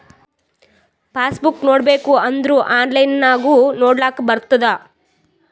pass book ನೋಡ್ಬೇಕ್ ಅಂದುರ್ online ನಾಗು ನೊಡ್ಲಾಕ್ ಬರ್ತುದ್